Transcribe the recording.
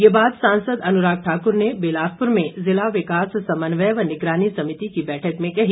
ये बात सांसद अनुराग ठाकुर ने बिलासपुर में ज़िला विकास समन्वय व निगरानी समिति की बैठक में कही